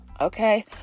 okay